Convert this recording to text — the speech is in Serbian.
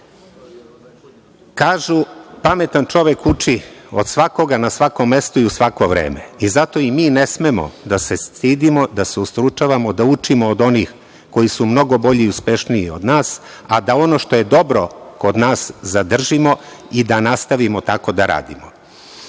– pametan čovek uči od svakoga, na svakom mestu i u svako vreme. Zato i mi ne smemo da se stidimo, da se ustručavamo da učimo od onih koji su mnogo bolji i uspešniji od nas, a da ono što je dobro kod nas zadržimo i da nastavimo tako da radimo. Da